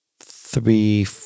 three